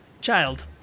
child